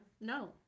No